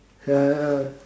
ya ya